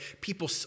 people